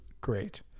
great